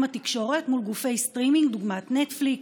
התקשורת מול גופי סטרימינג דוגמת נטפליקס,